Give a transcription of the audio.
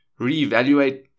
reevaluate